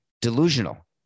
delusional